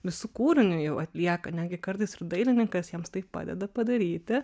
visu kūriniu jau atlieka netgi kartais ir dailininkas jiems tai padeda padaryti